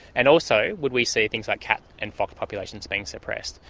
and also would we see things like cat and fox populations being suppressed.